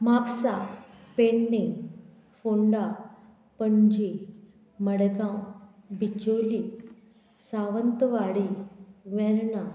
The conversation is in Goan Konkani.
म्हापसा पेडणे फोंडा पणजे मडगांव बिचोली सावंतवाडी वेर्णा